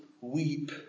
weep